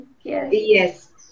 Yes